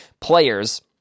players